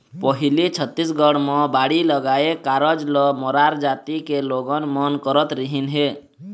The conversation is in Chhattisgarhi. पहिली छत्तीसगढ़ म बाड़ी लगाए कारज ल मरार जाति के लोगन मन करत रिहिन हे